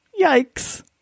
Yikes